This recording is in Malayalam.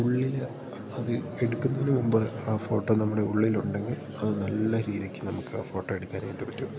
ഉള്ളില് അത് എടുക്കുന്നതിനു മുമ്പ് ആ ഫോട്ടോ നമ്മുടെ ഉള്ളിലുണ്ടെങ്കിൽ അതു നല്ല രീതിക്ക് നമുക്കാ ഫോട്ടോ എടുക്കാനായിട്ടു പറ്റും